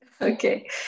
Okay